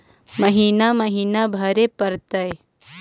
महिना महिना भरे परतैय?